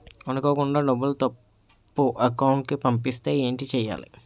అనుకోకుండా డబ్బులు తప్పు అకౌంట్ కి పంపిస్తే ఏంటి చెయ్యాలి?